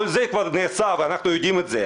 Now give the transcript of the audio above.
כל זה כבר נעשה, אנחנו יודעים את זה.